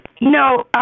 No